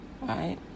right